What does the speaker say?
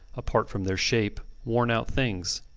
apart from their shape, worn-out things,